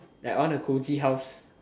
like I want a cozy house